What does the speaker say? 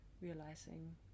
realizing